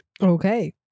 Okay